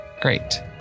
Great